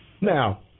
Now